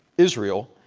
israel,